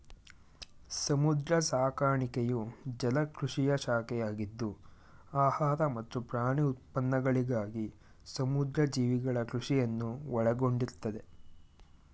ಸಮುದ್ರ ಸಾಕಾಣಿಕೆಯು ಜಲಕೃಷಿಯ ಶಾಖೆಯಾಗಿದ್ದು ಆಹಾರ ಮತ್ತು ಪ್ರಾಣಿ ಉತ್ಪನ್ನಗಳಿಗಾಗಿ ಸಮುದ್ರ ಜೀವಿಗಳ ಕೃಷಿಯನ್ನು ಒಳಗೊಂಡಿರ್ತದೆ